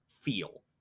feel